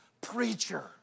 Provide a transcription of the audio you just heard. preacher